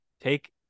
Take